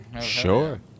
Sure